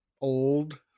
old